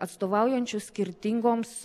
atstovaujančių skirtingoms